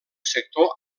sector